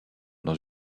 dans